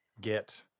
get